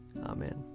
Amen